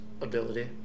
ability